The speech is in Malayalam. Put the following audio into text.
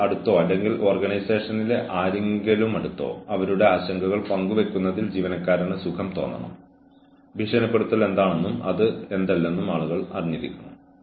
ശരിയായ അന്വേഷണത്തിനു ശേഷവും എടുക്കുന്ന തീരുമാനത്തിനെതിരെ അപ്പീൽ നൽകാൻ ജീവനക്കാരന് അവകാശമുണ്ടെന്ന് ജീവനക്കാരൻ അറിഞ്ഞിരിക്കണം